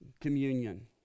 Communion